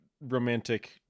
romantic